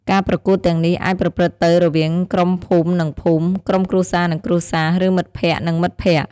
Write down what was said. ការប្រកួតទាំងនេះអាចប្រព្រឹត្តទៅរវាងក្រុមភូមិនិងភូមិ ក្រុមគ្រួសារនិងគ្រួសារ ឬមិត្តភក្តិនិងមិត្តភក្តិ។